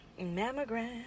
Mammogram